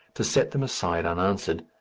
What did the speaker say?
to set them aside unanswered,